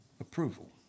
approval